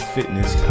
Fitness